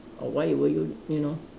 or why were you you know